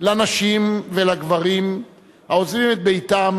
לנשים ולגברים העוזבים את ביתם,